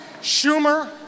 Schumer